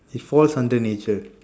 it falls under nature